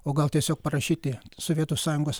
o gal tiesiog parašyti sovietų sąjungos